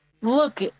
Look